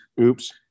Oops